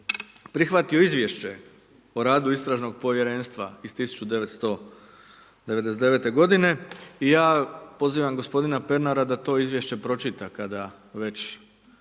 prihvatio izvješće o radu istražnog povjerenstva iz 1990. g. i ja pozivam gospodina Pernara da to izvješće pročita kada već